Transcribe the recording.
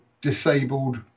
disabled